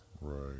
right